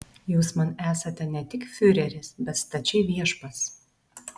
jūs man esate ne tik fiureris bet stačiai viešpats